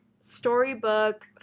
storybook